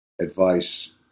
advice